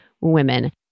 women